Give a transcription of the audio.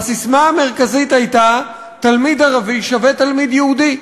הססמה המרכזית הייתה: תלמיד ערבי שווה תלמיד יהודי.